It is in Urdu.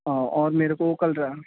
اور میرے کو کل